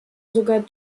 sogar